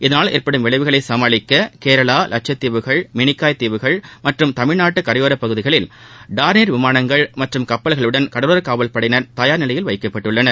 இதளால் ஏற்படும் விளைவுகளை சமாளிக்க கேரளா லட்சத்தீவுகள் மினிக்காப் தீவுகள் மற்றும் தமிழ்நாட்டு கரையோர பகுதிகளில் டார்ளியர் வினமானங்கள் மற்றம் கப்பல்களுடன் கடலோர காவல்படையினர் தயார்நிலையில் வைக்கப்பட்டுள்ளார்கள்